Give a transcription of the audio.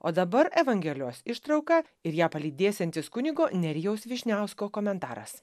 o dabar evangelijos ištrauka ir ją palydėsiantis kunigo nerijaus vyšniausko komentaras